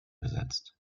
besetzt